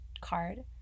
card